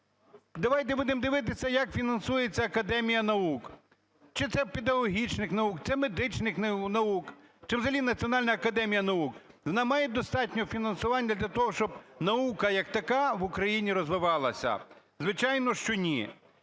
Давайте будемо дивитися, як фінансується академія наук. Чи це педагогічних наук, чи медичних наук, чи взагалі Національна академія наук. Вона має достатньо фінансування для того, щоб наука як така в Україні розвивалася? Звичайно, що ні.